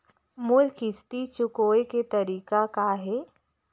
मोर किस्ती चुकोय के तारीक का हे?